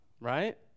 right